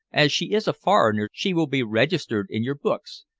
as she is a foreigner she will be registered in your books.